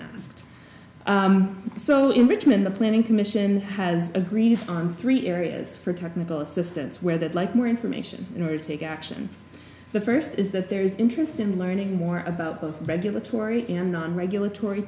asked so in richmond the planning commission has agreed on three areas for technical assistance where that like more information in order to take action the first is that there is interest in learning more about of regulatory and not regulatory